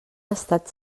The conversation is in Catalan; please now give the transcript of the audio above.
estat